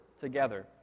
together